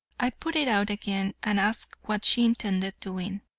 i put it out again and asked what she intended doing.